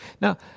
Now